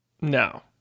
No